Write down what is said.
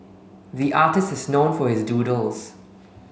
the artist is known for his doodles